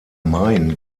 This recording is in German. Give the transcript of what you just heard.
main